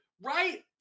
Right